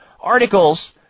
articles